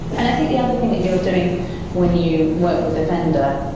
and i think the other thing that you're doing when you work with a vendor,